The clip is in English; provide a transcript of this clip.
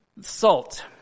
Salt